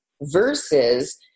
versus